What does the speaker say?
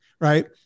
right